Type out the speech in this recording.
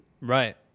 Right